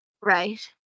Right